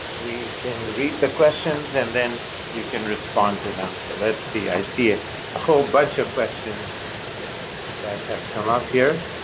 we can read the questions and then you can respond to them. so let's see. i see a whole bunch of questions that have come up here.